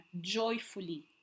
joyfully